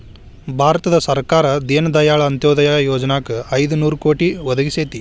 ಭಾರತ ಸರ್ಕಾರ ದೇನ ದಯಾಳ್ ಅಂತ್ಯೊದಯ ಯೊಜನಾಕ್ ಐದು ನೋರು ಕೋಟಿ ಒದಗಿಸೇತಿ